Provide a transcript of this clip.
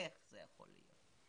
איך זה יכול להיות?